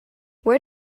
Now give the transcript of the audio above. where